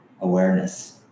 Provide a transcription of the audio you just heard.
awareness